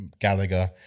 Gallagher